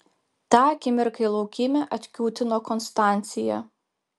tą akimirką į laukymę atkiūtino konstancija